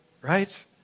Right